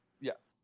Yes